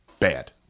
bad